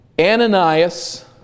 Ananias